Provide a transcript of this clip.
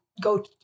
go